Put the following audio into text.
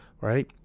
Right